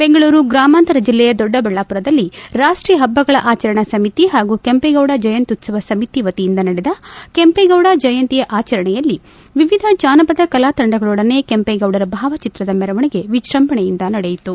ಬೆಂಗಳೂರು ಗ್ರಾಮಾಂತರ ಜಿಲ್ಲೆಯ ದೊಡ್ಡಬಳ್ಳಾಪುರದಲ್ಲಿ ರಾಷ್ಷೀಯ ಹಬ್ಬಗಳ ಆಚರಣಾ ಸಮಿತಿ ಹಾಗೂ ಕೆಂಪೇಗೌಡ ಜಯಂತ್ಯುತ್ತವ ಸಮಿತಿ ವತಿಯಿಂದ ನಡೆದ ಕೆಂಪೇಗೌಡ ಜಯಂತಿಯ ಆಚರಣೆಯಲ್ಲಿ ವಿವಿಧ ಜಾನಪದ ಕಲಾತಂಡಗಳೊಡನೆ ಕೆಂಪೇಗೌಡರ ಭಾವಚಿತ್ರದ ಮೆರವಣಿಗೆ ವಿಜ್ಬಂಭಣೆಯಿಂದ ನಡೆಯಿತು